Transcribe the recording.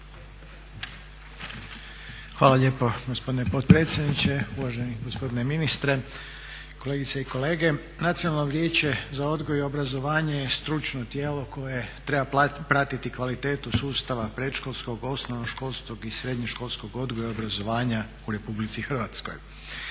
Hvala lijepo gospodine potpredsjedniče, uvaženi gospodine ministre, kolegice i kolege. Nacionalno vijeće za odgoj i obrazovanje je stručno tijelo koje treba pratiti kvalitetu sustava predškolskog, osnovnoškolskog i srednjoškolskog odgoja i obrazovanja u RH. Osnivanje